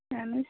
آہَن حظ